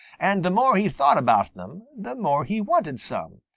and the more he thought about them the more he wanted some.